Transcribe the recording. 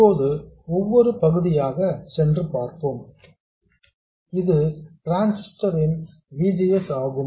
இப்போது ஒவ்வொரு பகுதியாக சென்று பார்ப்போம் இது டிரான்ஸிஸ்டர் இன் V G S ஆகும்